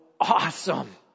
awesome